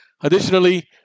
Additionally